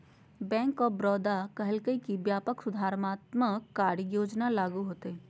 bank of Baroda कहलकय कि व्यापक सुधारात्मक कार्य योजना लागू होतय